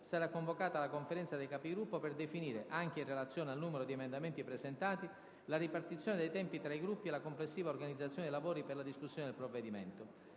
sarà convocata la Conferenza dei Capigruppo per definire - anche in relazione al numero di emendamenti presentati - la ripartizione dei tempi tra i Gruppi e la complessiva organizzazione dei lavori per la discussione del provvedimento.